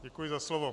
Děkuji za slovo.